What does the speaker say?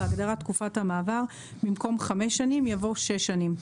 בהגדרה "תקופת המעבר" במקום "חמש שנים" יבוא "שש שנים".